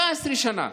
17 שנה.